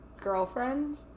girlfriend